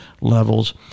levels